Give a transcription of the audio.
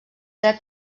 dret